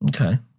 Okay